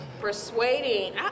persuading